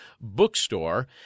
bookstore